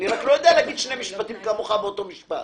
אני רק לא יודע להגיד שני משפטים כמוך באותו משפט.